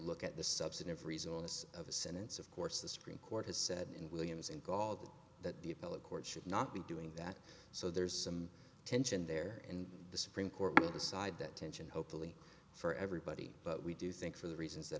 look at the substantive results of a sentence of course the supreme court has said in williams and galled that the appellate court should not be doing that so there's some tension there and the supreme court will decide that tension hopefully for everybody but we do think for the reasons that